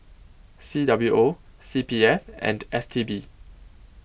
C W O C P F and S T B